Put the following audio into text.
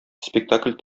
спектакль